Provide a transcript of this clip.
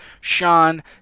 Sean